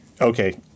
okay